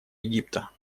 египта